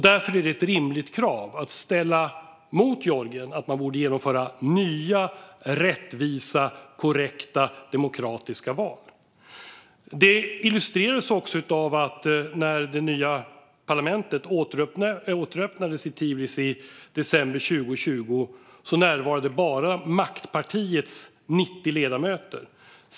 Därför är det ett rimligt krav att ställa mot Georgien att genomföra nya, rättvisa och korrekta demokratiska val. Detta illustrerades också av att när det nya parlamentet åter öppnades i Tbilisi i december 2020 närvarade bara maktpartiets 90 ledamöter.